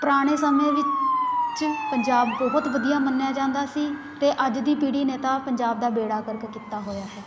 ਪੁਰਾਣੇ ਸਮੇਂ ਵਿੱਚ ਪੰਜਾਬ ਬਹੁਤ ਵਧੀਆ ਮੰਨਿਆ ਜਾਂਦਾ ਸੀ ਅਤੇ ਅੱਜ ਦੀ ਪੀੜ੍ਹੀ ਨੇ ਤਾਂ ਪੰਜਾਬ ਦਾ ਬੇੜਾ ਗਰਕ ਕੀਤਾ ਹੋਇਆ ਹੈ